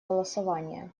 голосования